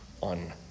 on